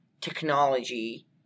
technology